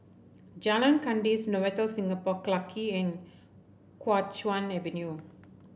Jalan Kandis Novotel Singapore Clarke and Kuo Chuan Avenue